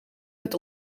met